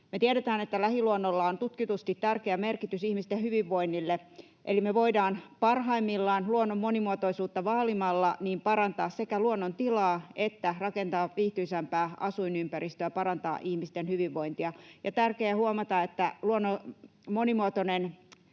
Me tiedetään, että lähiluonnolla on tutkitusti tärkeä merkitys ihmisten hyvinvoinnille, eli me voidaan parhaimmillaan luonnon monimuotoisuutta vaalimalla sekä parantaa luonnon tilaa että rakentaa viihtyisämpää asuinympäristöä ja parantaa ihmisten hyvinvointia. On tärkeää huomata, että monimuotoinen,